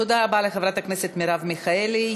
תודה רבה לחברת הכנסת מרב מיכאלי.